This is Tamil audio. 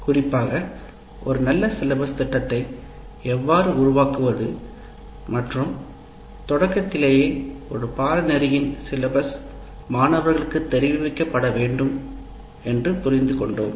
குறிப்பாக ஒரு நல்ல பாடத் திட்டத்தை எவ்வாறு உருவாக்குவது மற்றும் தொடக்கத்திலேயே ஒரு பாடத்திட்டத்தின் பாடத்திட்டம் மாணவர்களுக்குத் தெரிவிக்கப்பட வேண்டும் என்று புரிந்து கொண்டோம்